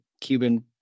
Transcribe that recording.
Cuban